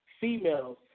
females